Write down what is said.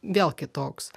vėl kitoks